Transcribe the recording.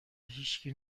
هیشکی